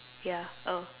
ya oh